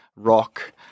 Rock